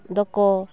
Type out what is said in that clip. ᱫᱚᱠᱚ